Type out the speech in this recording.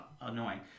annoying